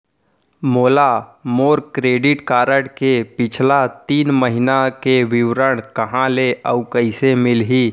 मोला मोर credit card के पिछला तीन महीना के विवरण कहाँ ले अऊ कइसे मिलही?